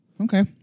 Okay